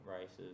races